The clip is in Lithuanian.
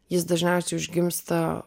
jis dažniausiai užgimsta